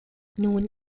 nun